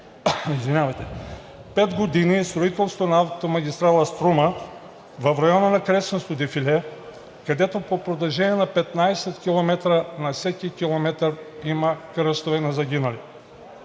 с около пет години строителство на автомагистрала „Струма“ в района на Кресненското дефиле, където по протежение на 15 км на всеки километър има кръстове на загинали.